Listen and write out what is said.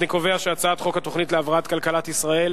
חוק התוכנית להבראת כלכלת ישראל